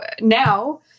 now